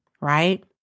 right